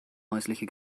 häusliche